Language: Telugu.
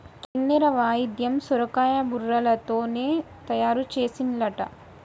కిన్నెర వాయిద్యం సొరకాయ బుర్రలతోనే తయారు చేసిన్లట